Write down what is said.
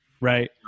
right